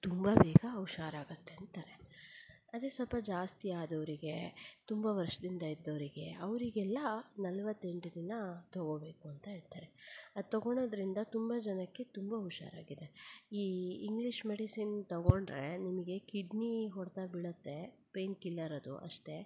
ತುಂಬ ಬೇಗ ಹುಷಾರಾಗತ್ತೆ ಅಂತಾರೆ ಅದೇ ಸ್ವಲ್ಪ ಜಾಸ್ತಿ ಆದವರಿಗೆ ತುಂಬ ವರ್ಷದಿಂದ ಇದ್ದವರಿಗೆ ಅವರಿಗೆಲ್ಲ ನಲ್ವತ್ತೆಂಟು ದಿನ ತಗೊಬೇಕು ಅಂತ ಹೇಳ್ತಾರೆ ಅದು ತಗೊಳೊದ್ರಿಂದ ತುಂಬ ಜನಕ್ಕೆ ತುಂಬ ಹುಷಾರಾಗಿದೆ ಈ ಇಂಗ್ಲೀಷ್ ಮೆಡಿಸಿನ್ ತಗೊಂಡ್ರೆ ನಿಮಗೆ ಕಿಡ್ನಿ ಹೊಡೆತ ಬೀಳತ್ತೆ ಪೈನ್ ಕಿಲ್ಲರ್ ಅದು ಅಷ್ಟೆ